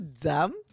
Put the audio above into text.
dumb